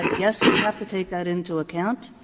yes, we have to take that into account?